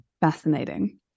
Fascinating